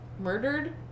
murdered